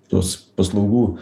tos paslaugų